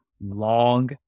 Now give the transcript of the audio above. long